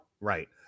Right